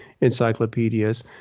encyclopedias